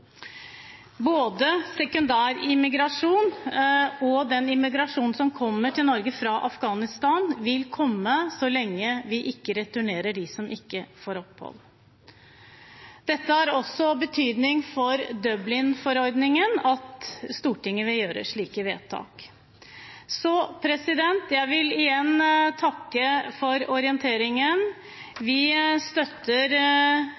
Både sekundær immigrasjon og immigrasjonen til Norge fra Afghanistan vil skje så lenge vi ikke returnerer dem som ikke får opphold. Det har også betydning for Dublin-forordningen at Stortinget vil gjøre slike vedtak. Jeg vil igjen takke for orienteringen.